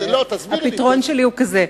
הפתרון שלי הוא כזה.